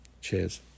Cheers